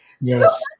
yes